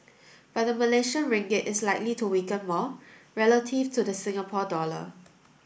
but the Malaysian Ringgit is likely to weaken more relative to the Singapore dollar